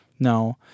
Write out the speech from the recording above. No